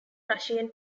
russian